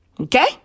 Okay